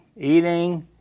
eating